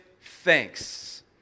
thanks